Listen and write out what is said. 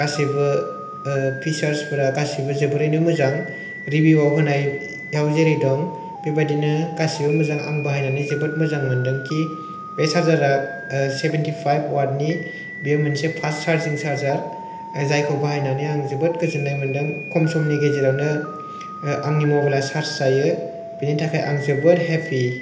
गासिबो पिसार्सफोरा गासिबो मोजां रिबिउआव होनायाव जेरै दं बे बायदिनो गासिबो मोजां आं बाहायनानै जोबोद मोजां मोनदों कि बे सार्जारा सेभेनति फाइब अवादनि बे मोनसे फास्त सारजिं सार्जार जायखौ बाहायनानै आं जोबोद गोजोन्नाय मोनदों खम समनि गेजेरावनो आंनि मबाइलआ सार्ज जायो बेनि थाखाय आं जोबोर हेफि